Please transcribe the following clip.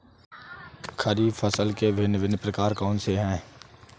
खरीब फसल के भिन भिन प्रकार कौन से हैं?